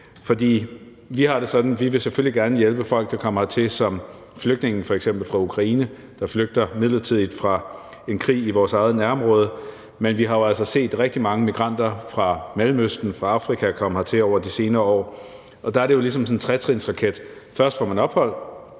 For vi har det sådan, at vi selvfølgelig gerne vil hjælpe folk, der kommer hertil som flygtninge, f.eks. fra Ukraine, der flygter midlertidigt fra en krig i vores eget nærområde, men vi har jo altså set rigtig mange migranter fra Mellemøsten og fra Afrika komme hertil over de senere år. Der er det jo ligesom sådan en tretrinsraket: Først får man ophold,